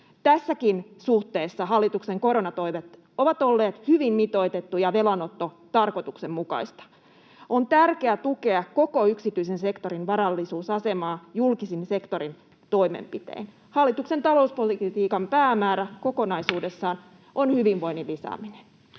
Tässäkin suhteessa hallituksen koronatoimet ovat olleet hyvin mitoitettuja ja velanotto tarkoituksenmukaista. On tärkeää tukea koko yksityisen sektorin varallisuusasemaa julkisen sektorin toimenpitein. Hallituksen talouspolitiikan päämäärä kokonaisuudessaan on hyvinvoinnin lisääminen.